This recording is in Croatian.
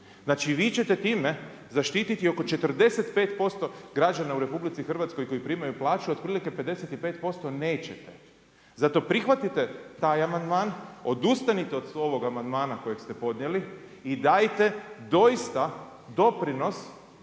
Znači, vi ćete time zaštititi oko 45% građana u RH koji primaju plaću, otprilike 55% nećete. Zato prihvatite taj amandman, odustanite od ovog amandmana kojeg ste podnijeli i dajte doista doprinos